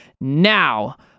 Now